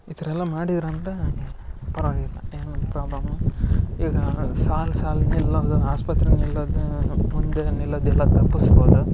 ಈ ಥರ ಎಲ್ಲ ಮಾಡಿದ್ರಂದ್ರಾ ಪರ್ವಾಗಿಲ್ಲ ಏನು ಪ್ರಾಬ್ಲಮು ಈಗಾ ಸಾಲ್ ಸಾಲ್ ನಿಲ್ಲದು ಆಸ್ಪತ್ರೆ ನಿಲ್ಲದು ಮುಂದೆ ನಿಲ್ಲದೆಲ್ಲ ತಪ್ಪಿಸ್ಬೋದ್